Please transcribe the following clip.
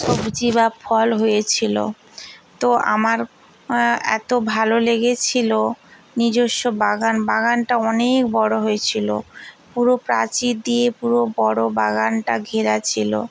সবজি বা ফল হয়েছিল তো আমার এত ভালো লেগেছিল নিজস্ব বাগান বাগানটা অনেক বড় হয়েছিল পুরো প্রাচীর দিয়ে পুরো বড় বাগানটা ঘেরা ছিল